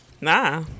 Nah